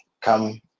come